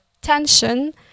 tension